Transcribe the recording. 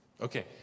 Okay